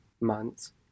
months